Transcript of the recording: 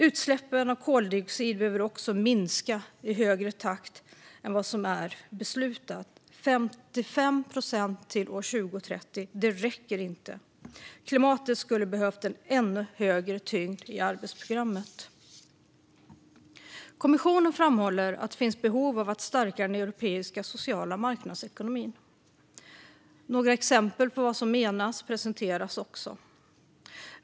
Utsläppen av koldioxid behöver också minska i högre takt än vad som är beslutat. Det räcker inte med 55 procent till 2030. Klimatet skulle ha behövt få en ännu större tyngd i arbetsprogrammet. Kommissionen framhåller att det finns behov av att stärka den europeiska sociala marknadsekonomin. Några exempel på vad som menas presenteras också.